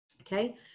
Okay